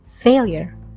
Failure